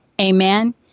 amen